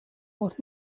what